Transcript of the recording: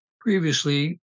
Previously